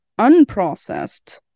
unprocessed